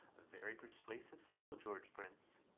a very persuasive fellow, george prince.